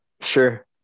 Sure